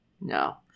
No